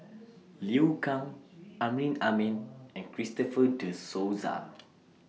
Liu Kang Amrin Amin and Christopher De Souza